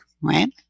right